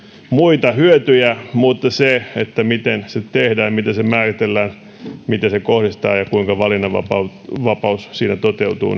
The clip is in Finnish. muita hyötyjä mutta se miten se tehdään miten se määritellään miten sen kohdistaa ja kuinka valinnanvapaus siinä toteutuu